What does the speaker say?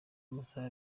amasaha